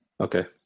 Okay